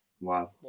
wow